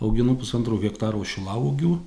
auginu pusantro hektaro šilauogių